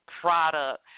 product